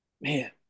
man